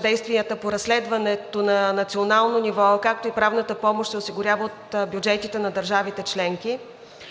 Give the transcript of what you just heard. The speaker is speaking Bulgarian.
действията по разследването на национално ниво, както и правната помощ се осигуряват от бюджетите на държавите членки,